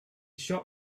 shop